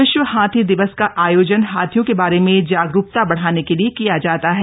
विश्व हाथी दिवस का आयोजन हाथियों के बारे में जागरूकता बढ़ाने के लिए किया जाता है